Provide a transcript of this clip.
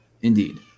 indeed